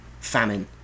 famine